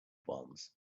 bonds